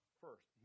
first